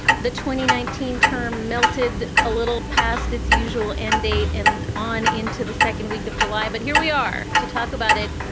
the twenty nineteen term melted a little past its usual end date and on into the second week of july. but here we are to talk about it.